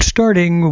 Starting